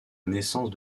naissance